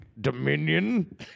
dominion